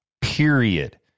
Period